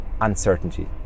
uncertainty